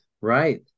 right